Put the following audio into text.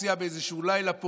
הציע באיזשהו לילה פה,